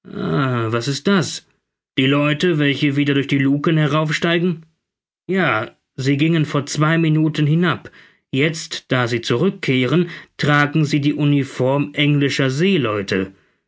was ist das die leute welche wieder durch die luken heraufsteigen ja sie gingen vor zwei minuten hinab jetzt da sie zurückkehren tragen sie die uniform englischer seeleute